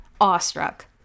awestruck